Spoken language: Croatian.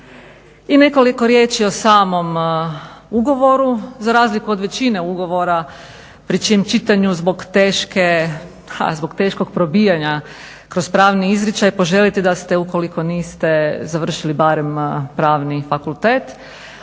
I nekoliko riječi o samom ugovoru. Za razliku od većine ugovora pri čijem čitanju zbog teškog probijanja kroz pravni izričaj poželite da ste, ukoliko niste završili barem Pravni fakultet,